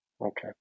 Okay